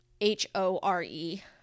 H-O-R-E